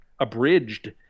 abridged